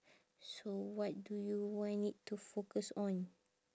so what do you want it to focus on